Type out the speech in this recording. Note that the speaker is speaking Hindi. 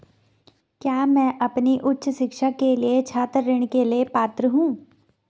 क्या मैं अपनी उच्च शिक्षा के लिए छात्र ऋण के लिए पात्र हूँ?